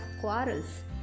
quarrels